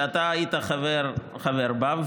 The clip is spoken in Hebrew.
שאתה היית חבר בה,